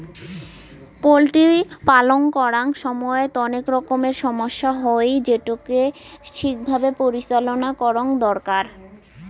poultry পালন করাং সমইত অনেক রকমের সমস্যা হই, যেটোকে ঠিক ভাবে পরিচালনা করঙ দরকার